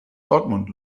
dortmund